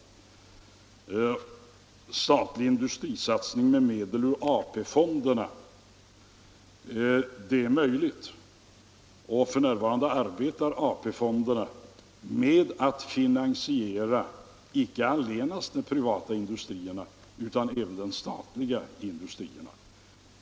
Statlig industrisatsning med medel ur AP-fonderna vill herr Hermansson ha. Det är möjligt att så kan bli, och f. n. arbetar AP-fonderna med att finansiera icke allenast de privata industrierna utan även de statliga.